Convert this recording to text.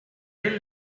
del